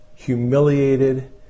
Humiliated